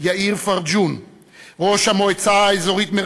ראש המועצה האזורית חוף אשקלון יאיר פרג'ון,